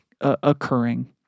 occurring